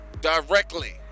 directly